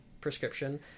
prescription